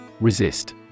Resist